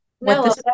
No